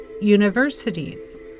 universities